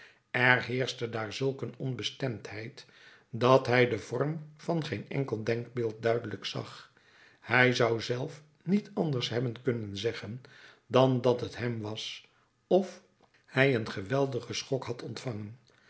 er heerschte daar zulk een onbestemdheid dat hij den vorm van geen enkel denkbeeld duidelijk zag hij zou zelf niet anders hebben kunnen zeggen dan dat t hem was of hij een geweldigen schok had ontvangen